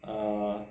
err